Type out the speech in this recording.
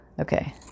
Okay